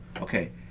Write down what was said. okay